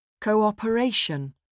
Cooperation